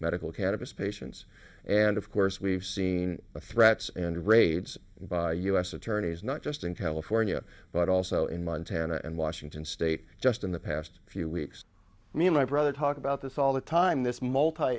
medical cannabis patient yes and of course we've seen the threats and raids by u s attorneys not just in california but also in montana and washington state just in the past few weeks me and my brother talk about this all the time this multi